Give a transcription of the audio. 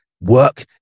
work